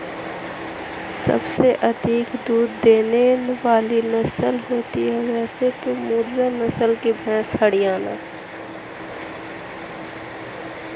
भैंस की कौनसी नस्ल के दूध में वसा अधिक होती है?